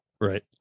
Right